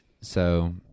So-